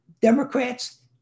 Democrats